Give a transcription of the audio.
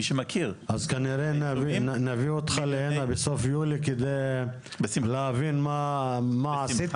מי שמכיר אז כנראה נביא אותך להינה בסוף יולי כדי להבין מה עשיתם,